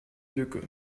lücke